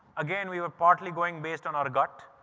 again, we were partly going based on our gut,